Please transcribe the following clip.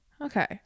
Okay